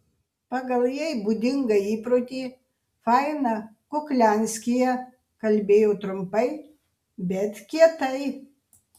pagal jai būdingą įprotį faina kuklianskyje kalbėjo trumpai bet kietai